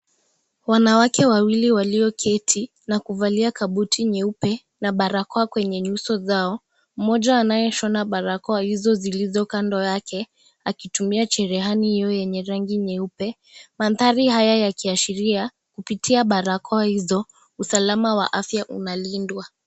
Wanawake wawili walioketi na kuvalia kabuti nyeupe na barakoa kwenye nyuso zao. Mmoja anayeshona barakoa hizo zilizo kando yake akitumia cherehani yenye rangi nyeupe. Mandhari haya yakiashiria kupitia barakoa hizo usalama wa afya unalindwa.